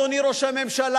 אדוני ראש הממשלה,